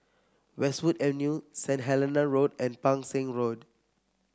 Westwood Avenue Saint Helena Road and Pang Seng Road